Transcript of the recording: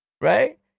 Right